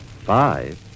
Five